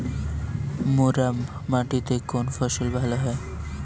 মুরাম মাটিতে কোন ফসল ভালো হয়?